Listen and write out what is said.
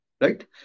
Right